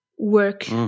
work